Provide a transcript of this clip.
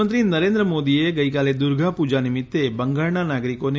પ્રધાનમંત્રી નરેન્દ્ર મોદીએ ગઈકાલે દુર્ગાપૂજા નિમિત્તે બંગાળના નાગરિકોને